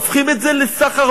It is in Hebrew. הופכים את זה לסחר-מכר.